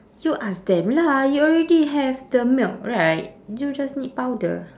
you ask them lah you already have the milk right you just need powder